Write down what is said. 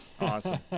Awesome